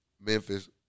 Memphis